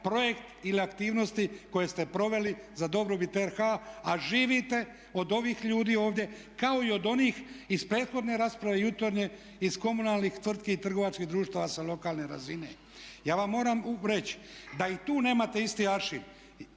projekt ili aktivnosti koje ste proveli za dobrobit RH a živite od ovih ljudi ovdje kao i od onih iz prethodne rasprave jutarnje iz komunalnih tvrtki i trgovačkih društava sa lokalne razine. Ja vam moram reći da i tu nemate isti aršin